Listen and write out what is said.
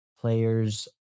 Players